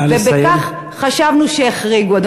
ובכך חשבנו שהחריגו.